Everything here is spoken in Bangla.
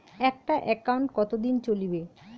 একটা একাউন্ট কতদিন চলিবে?